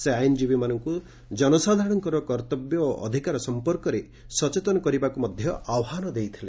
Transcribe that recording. ସେ ଆଇନଜୀବୀମାନଙ୍କୁ ଜନସାଧାରଣଙ୍କର କର୍ତ୍ତବ୍ୟ ଓ ଅଧିକାର ସଂପର୍କରେ ସଚେତନ କରିବାକୁ ଆହ୍ନାନ ଦେଇଥିଲେ